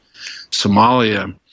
Somalia